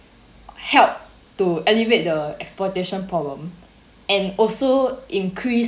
help to alleviate the exploitation problem and also increase